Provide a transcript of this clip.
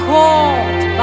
called